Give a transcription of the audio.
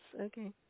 okay